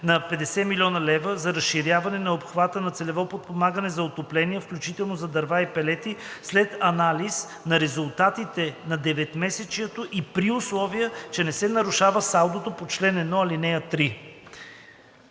000,0 хил. лв. за разширяване на обхвата на целево подпомагане за отопление, включително за дърва и пелети, след анализ на резултатите на 9-месечието и при условие че не се нарушава салдото по чл. 1, ал. 3.“